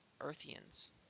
Earthians